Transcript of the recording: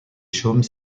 chaumes